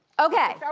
okay. so